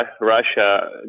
Russia